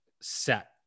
set